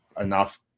enough